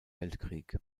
weltkrieg